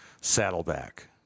Saddleback